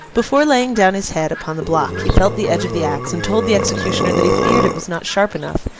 before laying down his head upon the block he felt the edge of the axe, and told the executioner that he feared it was not sharp enough,